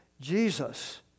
Jesus